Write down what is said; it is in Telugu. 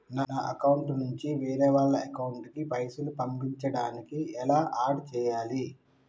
నా అకౌంట్ నుంచి వేరే వాళ్ల అకౌంట్ కి పైసలు పంపించడానికి ఎలా ఆడ్ చేయాలి?